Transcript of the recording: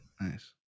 Nice